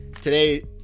today